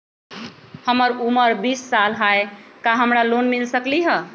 हमर उमर बीस साल हाय का हमरा लोन मिल सकली ह?